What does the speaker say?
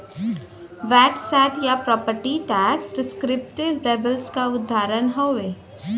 VAT set या property tax descriptive labels क उदाहरण हउवे